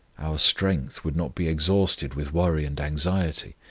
our strength would not be exhausted with worry and anxiety,